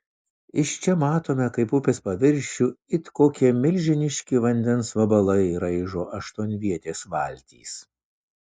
iš čia matome kaip upės paviršių it kokie milžiniški vandens vabalai raižo aštuonvietės valtys